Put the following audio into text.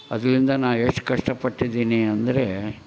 ಅದ್ರಿಂದ ನಾ ಎಷ್ಟು ಕಷ್ಟ ಪಟ್ಟಿದ್ದೀನಿ ಅಂದ್ರೆ